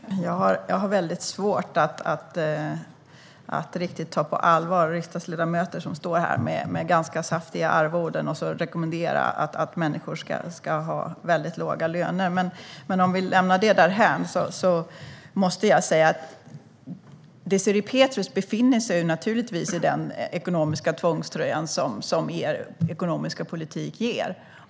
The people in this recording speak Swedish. Herr talman! Jag har väldigt svårt att riktigt ta på allvar riksdagsledamöter som har ganska saftiga arvoden och som står här och rekommenderar att människor ska ha väldigt låga löner. Men om vi lämnar det därhän måste jag säga: Du, Désirée Pethrus, befinner dig naturligtvis i den ekonomiska tvångströja som er ekonomiska politik ger.